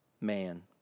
man